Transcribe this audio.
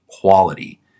quality